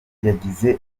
yagize